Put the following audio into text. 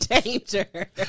danger